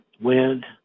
wind